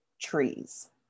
trees